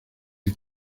die